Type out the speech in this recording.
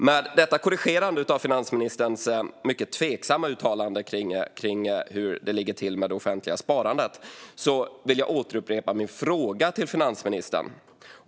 Med detta korrigerande av finansministerns mycket tveksamma uttalande kring hur det ligger till med det offentliga sparandet vill jag upprepa min fråga till finansministern.